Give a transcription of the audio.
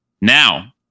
Now